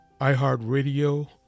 iHeartRadio